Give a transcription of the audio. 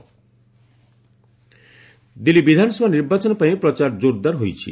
Delhi polls Delhi ବିଧାନସଭା ନିର୍ବାଚନ ପାଇଁ ପ୍ରଚାର ଜୋରଦାର ହୋଇଛି